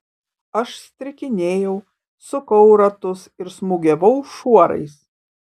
aš strikinėjau sukau ratus ir smūgiavau šuorais